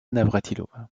navrátilová